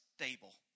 stable